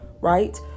right